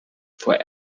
for